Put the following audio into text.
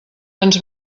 ens